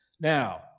Now